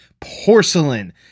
porcelain